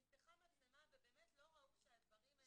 במקרה שנפתחה מצלמה ובאמת לא ראו שהדברים הם